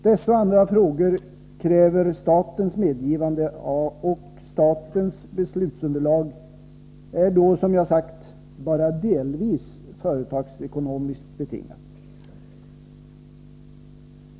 Dessa och andra frågor kräver statens medgivande, och statens beslutsunderlag är då, som jag sagt, bara delvis företagsekonomiskt betingat.